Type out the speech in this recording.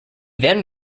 then